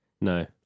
No